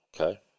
Okay